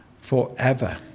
forever